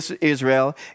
Israel